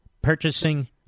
purchasing